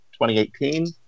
2018